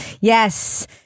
Yes